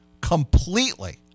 Completely